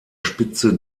spitze